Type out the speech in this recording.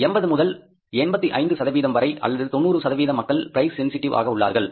80 முதல் 85 வரை அல்லது 90 சதவீத மக்கள் பிரைஸ் சென்சிடிவ் ஆக உள்ளார்கள்